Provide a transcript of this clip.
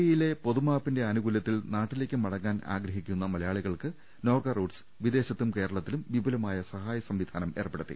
E യിലെ പൊതുമാപ്പിന്റെ ആനുകൂല്യത്തിൽ നാട്ടിലേക്ക് മടങ്ങാൻ ആഗ്രഹിക്കുന്ന മലയാളികൾക്ക് നോർക്ക റൂട്ട്സ് വിദേശത്തും കേരളത്തിലും വിപുലമായ സഹായ സംവിധാനം ഏർപ്പെടുത്തി